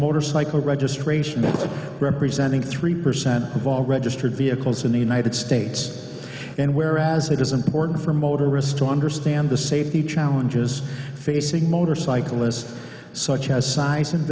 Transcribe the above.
motorcycle registration representing three percent of all registered vehicles in the united states and whereas it is important for motorists to understand the safety challenges facing motorcyclists such as size and